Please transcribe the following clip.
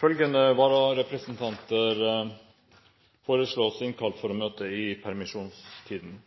Følgende vararepresentanter innkalles for å møte i permisjonstiden: